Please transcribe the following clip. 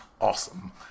awesome